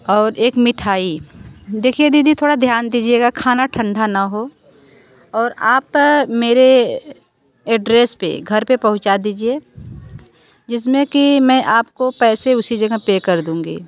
और एक मिठाई देखिए दीदी थोड़ा ध्यान दीजिएगा खाना ठंडा ना हो और आप मेरे एड्रेस पे घर पे पहुँचा दीजिए जिसमें के मैं आपको पैसे उसी जगह पे कर दूँगी